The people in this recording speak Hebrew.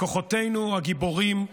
לכוחותינו הגיבורים,